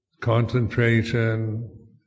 concentration